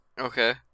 Okay